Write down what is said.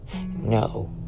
no